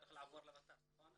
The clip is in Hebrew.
צריך לעבור לות"ת, נכון?